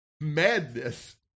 Madness